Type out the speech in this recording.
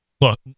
Look